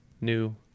new